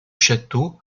château